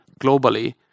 globally